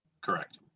Correct